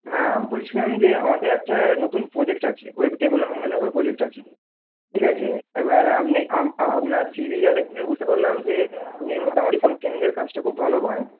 হ্যাঁ বলছিলাম যে আমাদের একটা নতুন প্রোজেক্ট আছে ওয়েব ডেভেলপমেন্ট প্রোজেক্ট আছে ঠিক আছে এবার আপনি আপনার সি ভি যা দেখে বুঝতে পারলাম যে আপনি মোটামুটি কাজটা খুব ভালো পারেন